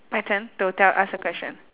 my turn to tell ask a question